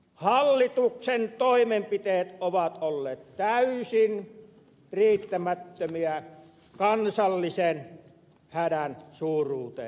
hallituksen toimenpiteet ovat olleet täysin riittämättömiä kansallisen hädän suuruuteen nähden